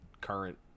current